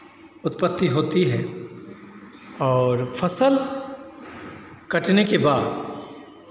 उत्पत्ति होती है और फसल कटने के बाद